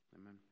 Amen